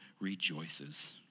rejoices